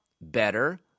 better